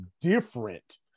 different